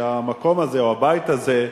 המקום הזה או הבית הזה,